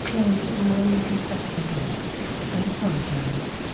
claimed that noreen confessed to him and apologized.